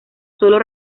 sólo